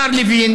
השר לוין,